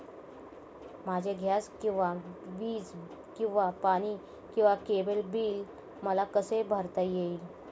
माझे गॅस किंवा वीज किंवा पाणी किंवा केबल बिल मला कसे भरता येईल?